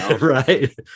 right